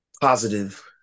positive